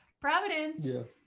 providence